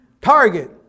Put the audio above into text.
Target